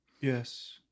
Yes